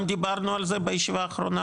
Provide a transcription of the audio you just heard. גם דיברנו על זה בישיבה האחרונה,